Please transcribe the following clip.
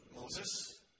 Moses